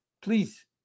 please